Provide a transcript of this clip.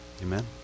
amen